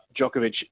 Djokovic